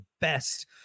best